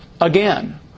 Again